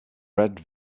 red